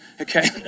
okay